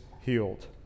healed